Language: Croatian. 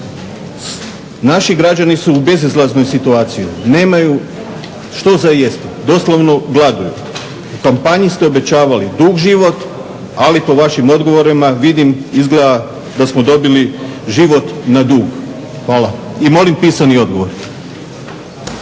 Naši građani su u bezizlaznoj situaciji, nemaju što za jesti, doslovno gladuju. U kampanji ste obećavali dug život, ali po vašim odgovorima vidim izgleda da smo dobili život na dug. Hvala i molim pisani odgovor.